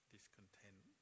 Discontent